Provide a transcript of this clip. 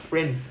friends